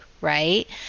right